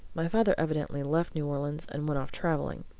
my father evidently left new orleans and went off travelling.